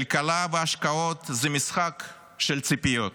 כלכלה והשקעות זה משחק של ציפיות.